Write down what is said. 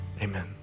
Amen